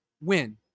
win